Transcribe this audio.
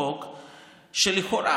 חוק שלכאורה,